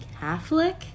Catholic